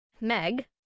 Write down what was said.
Meg